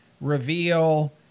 reveal